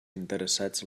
interessats